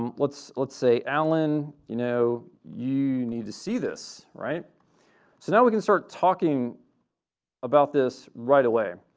um let's let's say allan, you know you need to see this. right? so now we can start talking about this right away.